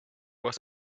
was